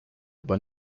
aber